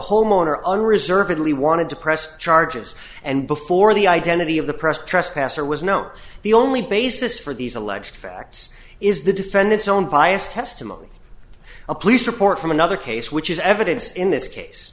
homeowner unreservedly wanted to press charges and before the identity of the press trespasser was known the only basis for these alleged facts is the defendant's own biased testimony a police report from another case which is evidence in this case